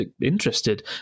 interested